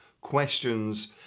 questions